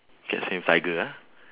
cats win tiger ah